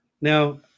Now